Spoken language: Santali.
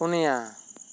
ᱯᱩᱱᱤᱭᱟ